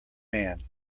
man